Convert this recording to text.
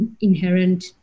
inherent